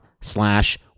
slash